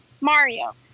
Mario